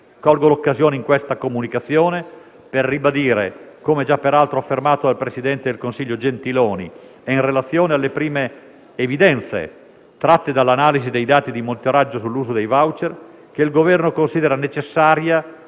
Colgo l'occasione di questa comunicazione per ribadire, come già peraltro affermato dal presidente del Consiglio Gentiloni e in relazione alle prime evidenze tratte dall'analisi dei dati di monitoraggio sull'uso dei *voucher*, che il Governo considera necessaria